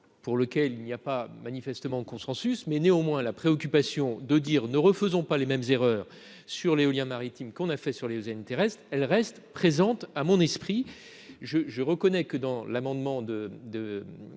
pour lequel il n'y a pas manifestement de consensus mais néanmoins la préoccupation de dire ne refaisons pas les mêmes erreurs sur l'éolien maritime qu'on a fait sur les intéresse, elle reste présente à mon esprit, je, je reconnais que dans l'amendement de